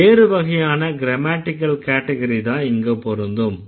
வேற வகையான க்ரமேட்டிகல் கேட்டகரிதான் இங்க பொருந்தும்